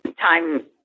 time